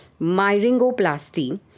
myringoplasty